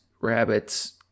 rabbits